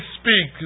speak